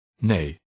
Nee